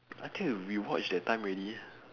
I think you rewatch that time already